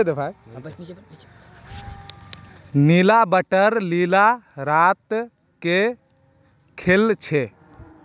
नीला water lily रात के खिल छे